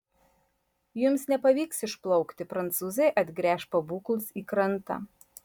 jums nepavyks išplaukti prancūzai atgręš pabūklus į krantą